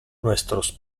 nuestros